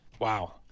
Wow